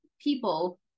people